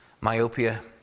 myopia